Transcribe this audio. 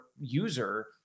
user